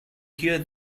here